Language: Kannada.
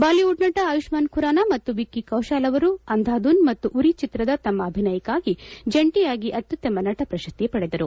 ಬಾಲಿವುಡ್ ನಟ ಆಯುಷ್ಮಾನ್ ಖುರಾನ ಮತ್ತು ವಿಕ್ಲಿ ಕೌಶಲ್ ಅವರು ಅಂದಾಧುನ್ ಮತ್ತು ಉರಿ ಚಿತ್ರದ ತಮ್ಮ ಅಭಿನಯಕ್ಕಾಗಿ ಜಂಟಿಯಾಗಿ ಅತ್ಯುತ್ತಮ ನಟ ಪ್ರಶಸ್ತಿ ಪಡೆದರು